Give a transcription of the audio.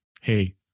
hey